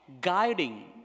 guiding